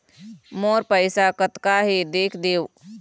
मोर पैसा कतका हे देख देव?